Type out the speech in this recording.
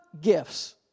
gifts